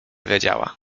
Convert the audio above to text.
wiedziała